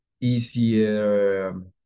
easier